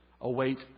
await